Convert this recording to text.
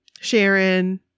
Sharon